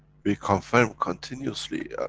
we confirm continuously,